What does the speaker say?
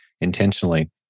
intentionally